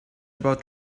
about